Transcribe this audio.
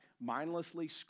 mindlessly